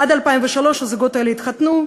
עד 2003 הזוגות האלה התחתנו,